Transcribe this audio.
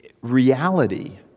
reality